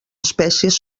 espècies